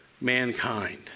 mankind